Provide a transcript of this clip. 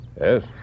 Yes